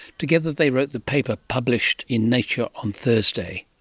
together they wrote the paper published in nature on thursday.